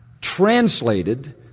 translated